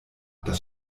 das